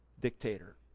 dictator